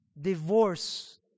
divorce